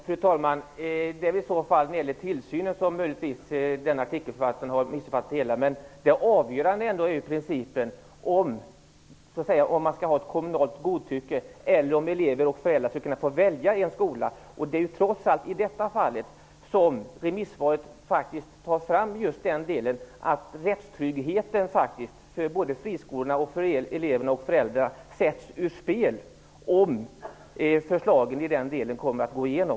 Fru talman! Det är möjligtvis när det gäller tillsynen som artikelförfattaren har missuppfattat det hela. Det avgörande är ändå principen om man skall ha ett kommunalt godtycke eller om elever och föräldrar skall kunna få välja en skola. Det är trots allt i det fallet som remissvaret tar fram just att rättstryggheten både för friskolorna och för eleverna och föräldrarna faktiskt sätts ur spel om förslagen i den delen kommer att gå igenom.